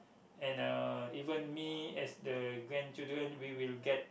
and uh even me as the grandchildren we will get